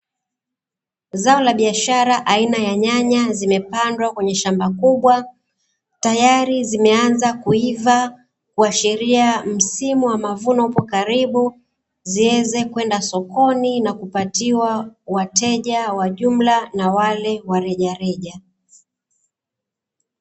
Zao la biashara aina ya nyanya zimepandwa kwenye shamba kubwa, tayari zimeanza kuiva kuashiria msimu wa mavuno upo karibu, ziweze kwenda sokoni na kupatiwa wateja wa jumla, na wale wa rejareja.